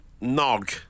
Nog